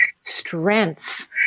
strength